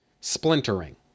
splintering